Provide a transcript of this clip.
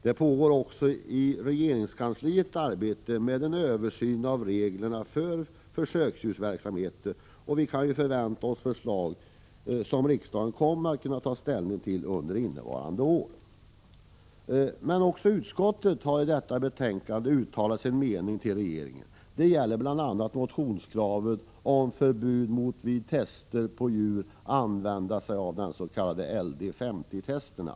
Det pågår också i regeringskansliet ett arbete med en översyn av reglerna för försöksdjursverksamheten, och vi kan förvänta oss förslag som riksdagen kommer att kunna ta ställning till under innevarande år. Också utskottet har i detta betänkande uttalat sin mening till regeringen. Det gäller bl.a. motionskravet på förbud mot att vid tester på djur använda des.k. LD 50-testerna.